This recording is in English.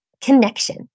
connection